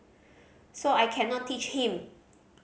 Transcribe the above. so I cannot teach him